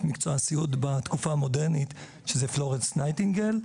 מקצוע הסיעוד בתקופה המודרנית שהיא פלורנס נייטינגיל,